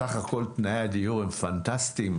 בסך הכול תנאי הדיור הם פנטסטיים.